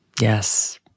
Yes